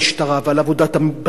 ועל עבודת בתי-המשפט,